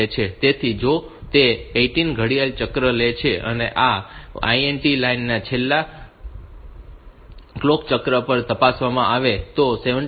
તેથી જો તે 18 ઘડિયાળ ચક્ર લે અને આ INT લાઈન છેલ્લા ઘડિયાળ ચક્ર પર તપાસવામાં આવે તો 17